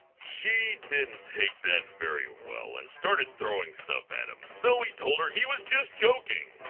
she didn't take that very well and started throwing stuff at him, so he told her he was just joking.